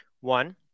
One